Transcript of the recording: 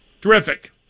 terrific